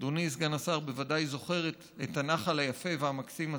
אדוני סגן השר בוודאי זוכר את הנחל היפה והמקסים הזה.